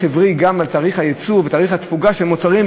עברי גם על תאריך הייצור ותאריך התפוגה של מוצרים,